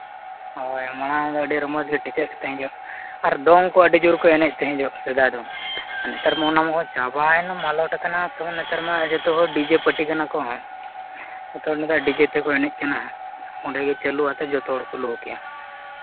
ᱦᱳᱭ ᱢᱟᱲᱟᱝ ᱫᱚ ᱟᱹᱰᱤ ᱨᱚᱢᱚᱡᱽᱜᱮ ᱴᱤᱠᱟᱹᱜ ᱛᱟᱦᱮᱸᱡᱚᱜ ᱟᱨ ᱫᱚᱝ ᱠᱚ ᱟᱹᱰᱤ ᱡᱳᱨ ᱠᱚ ᱮᱱᱮᱡ ᱛᱟᱦᱮᱸᱡᱚᱜ ᱥᱮᱫᱟᱭ ᱫᱚ ᱱᱮᱛᱟᱨ ᱢᱟ ᱚᱱᱟ ᱢᱟ ᱪᱟᱵᱟᱭᱮᱱᱟ ᱢᱟᱞᱚᱴ ᱠᱟᱱᱟ ᱛᱳ ᱱᱮᱛᱟᱨ ᱢᱟ ᱡᱚᱛᱚ ᱦᱚᱲ ᱰᱤᱡᱮ ᱯᱟᱨᱴᱤ ᱠᱟᱱᱟ ᱠᱚ ᱡᱚᱛᱚ ᱦᱚᱲ ᱱᱮᱛᱟᱨ ᱰᱤᱡᱮ ᱛᱮᱠᱚ ᱮᱱᱮᱡ ᱠᱟᱱᱟ ᱚᱸᱰᱮᱜᱮ ᱪᱟᱹᱞᱩ ᱠᱟᱛᱮᱫ ᱡᱚᱛᱚ ᱦᱚᱲᱠᱚ ᱞᱩᱦᱩᱠᱮᱜᱼᱟ